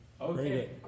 Okay